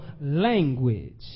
language